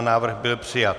Návrh byl přijat.